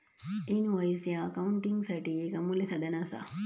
invoice ह्या अकाउंटिंगसाठी येक अमूल्य साधन असा